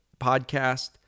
podcast